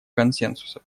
консенсуса